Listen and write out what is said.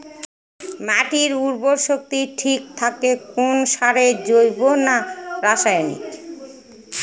মাটির উর্বর শক্তি ঠিক থাকে কোন সারে জৈব না রাসায়নিক?